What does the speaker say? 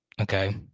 Okay